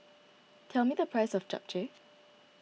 tell me the price of Japchae